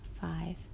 five